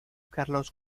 carlos